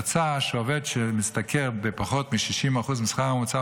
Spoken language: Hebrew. יצא שעובד שמשתכר פחות מ-60% מהשכר הממוצע